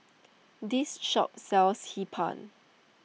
this shop sells Hee Pan